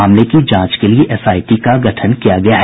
मामले की जांच के लिए एसआईटी का गठन किया गया है